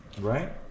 Right